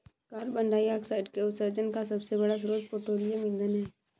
carbon dioxide के उत्सर्जन का सबसे बड़ा स्रोत पेट्रोलियम ईंधन है